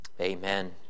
Amen